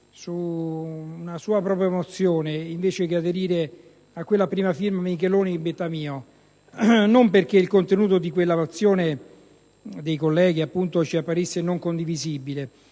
una sua propria mozione, invece di aderire a quella sottoscritta dai senatori Micheloni e Bettamio, non perché il contenuto della mozione dei colleghi ci apparisse non condivisibile,